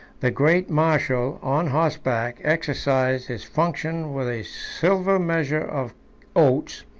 the great marshal, on horseback, exercised his function with a silver measure of oats,